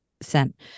sent